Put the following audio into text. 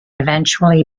eventually